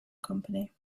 company